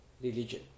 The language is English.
religion